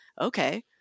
okay